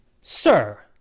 Sir